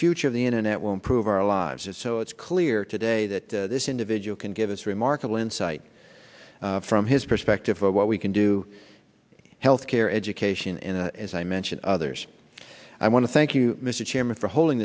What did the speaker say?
future of the internet will improve our lives so it's clear today that this individual can give us remarkable insight from his perspective of what we can do healthcare education in the as i mentioned others i want to thank you mr chairman for holding